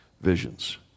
visions